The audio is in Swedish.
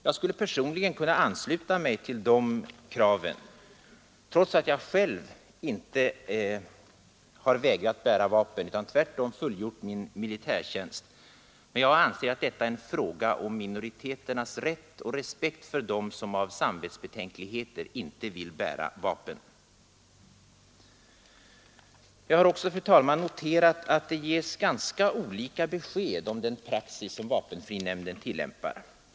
Jag skulle personligen kunna ansluta mig till de kraven, trots att jag själv inte har vägrat bära vapen, utan tvärtom fullgjort min militärtjänst. Jag anser att detta är en fråga om minoriteternas rätt och om respekt för dem som av samvetsbetänkligheter inte vill bära vapen. Jag har också, fru talman, noterat att det ges ganska olika besked om den praxis som vapenfrinämnden tillämpar.